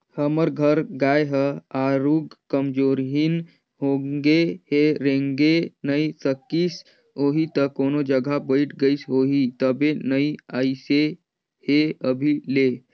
हमर घर गाय ह आरुग कमजोरहिन होगें हे रेंगे नइ सकिस होहि त कोनो जघा बइठ गईस होही तबे नइ अइसे हे अभी ले